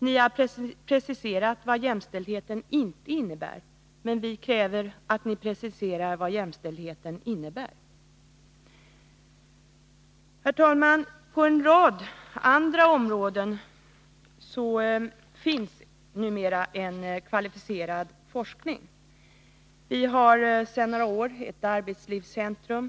Ni har preciserat vad jämställdhet inte innebär, men vi kräver att ni preciserar vad den innebär. Herr talman! På en rad andra områden finns numera kvalificerad forskning. Vi har sedan några år tillbaka Arbetslivscentrum.